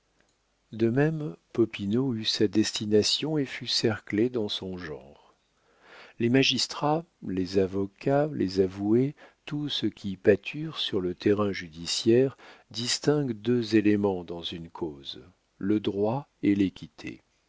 de même popinot eut sa destination et fut cerclé dans son genre les magistrats les avocats les avoués tout ce qui pâture sur le terrain judiciaire distingue deux éléments dans une cause le droit et l'équité